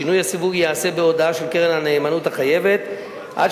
שינוי הסיווג ייעשה בהודעה של קרן הנאמנות החייבת עד